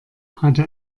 hatte